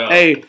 Hey